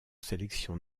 sélection